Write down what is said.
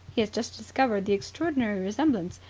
he has just discovered the extraordinary resemblance,